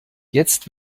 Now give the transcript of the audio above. jetzt